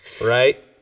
right